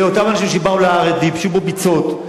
לאותם אנשים שבאו לארץ וייבשו פה ביצות,